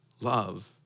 love